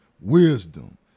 wisdom